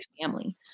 family